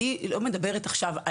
מה שאני מבקשת,